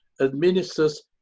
administers